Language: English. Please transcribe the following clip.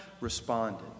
responded